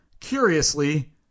curiously